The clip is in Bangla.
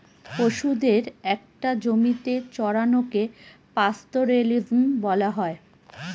পশুদের একটা জমিতে চড়ানোকে পাস্তোরেলিজম বলা হয়